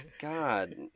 God